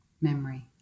memory